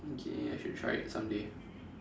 okay I should try it someday